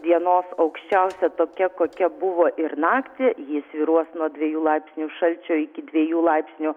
dienos aukščiausia tokia kokia buvo ir naktį ji svyruos nuo dviejų laipsnių šalčio iki dviejų laipsnių